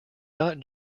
not